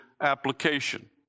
application